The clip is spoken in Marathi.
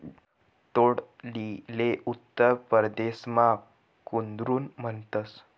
तोंडलीले उत्तर परदेसमा कुद्रुन म्हणतस